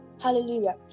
hallelujah